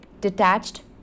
detached